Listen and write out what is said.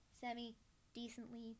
semi-decently